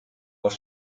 aus